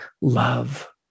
love